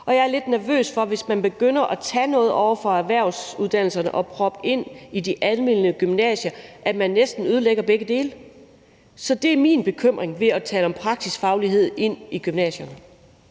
og jeg er lidt nervøs for, at man begynder at tage noget ovre fra erhvervsuddannelserne og proppe det ind i de almene gymnasier, og at man så næsten ødelægger begge dele. Så det er min bekymring om at tale om at få praksisfaglighed ind i gymnasierne.